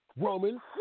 Roman